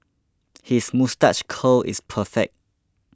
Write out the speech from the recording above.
his moustache curl is perfect